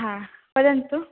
हा वदन्तु